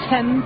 Ten